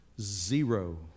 zero